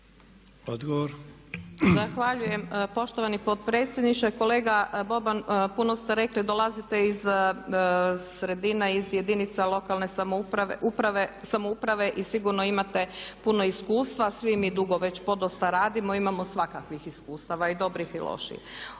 (HDZ)** Zahvaljujem poštovani potpredsjedniče. Kolega Boban, puno ste rekli, dolazite iz sredina, iz jedinica lokalne uprave, samouprave i sigurno imate puno iskustva. Svi mi dugo već podosta radimo, imamo svakakvih iskustava i dobrih i loših.